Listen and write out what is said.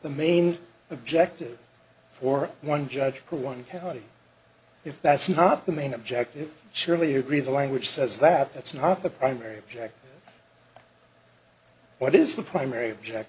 the main objective for one judge who one penalty if that's not the main objective surely you agree the language says that that's not the primary object what is the primary object